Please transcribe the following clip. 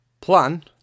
plan